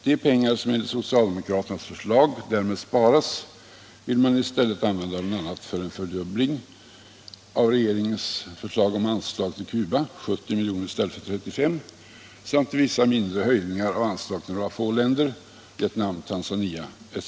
De pengar som enligt socialdemokraternas förslag därmed sparas vill man i stället använda bl.a. för en fördubbling av regeringens anslag till Cuba — 70 milj.kr. i stället för 35 miljoner — samt för mindre höjningar av vissa anslag till några få länder, Vietnam, Tanzania etc.